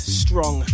strong